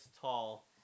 tall